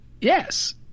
Yes